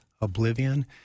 Oblivion